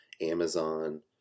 Amazon